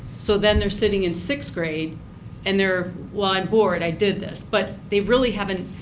so then they're sitting in sixth grade and they're, well, i'm bored, i did this, but they really haven't,